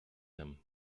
him